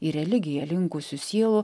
į religiją linkusių sielų